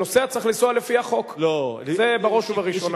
הנוסע צריך לנסוע לפי החוק, זה בראש ובראשונה.